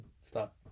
stop